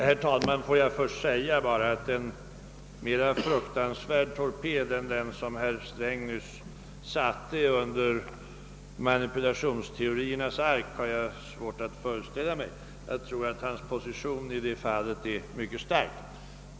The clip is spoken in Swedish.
Herr talman! Får jag först säga att jag har svårt att föreställa mig en mera fruktansvärd torped än den som herr Sträng nyss satte under manipulationsteoriernas ark. Jag tror att hans position i det fallet är mycket stark.